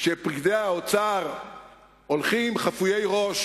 שפקידי האוצר הולכים חפויי ראש